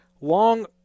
long